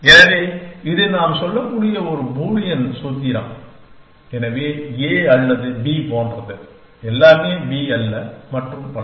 எனவே இது நாம் சொல்லக்கூடிய ஒரு பூலியன் சூத்திரம் எனவே A அல்லது B போன்றது எல்லாமே B அல்ல மற்றும் பல